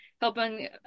helping